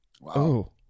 wow